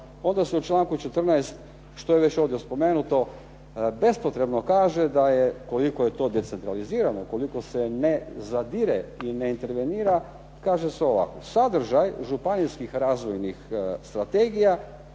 onda se u članku 14. što je već ovdje spomenuto bespotrebno kaže da je koliko je to decentralizirano i koliko se ne zadire i ne intervenira, kaže se ovako "sadržaj županijskih razvojnih strategija